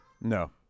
No